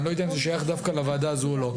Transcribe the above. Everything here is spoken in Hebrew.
אני לא יודע אם זה שייך דווקא לוועדה הזו או לא,